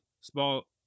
small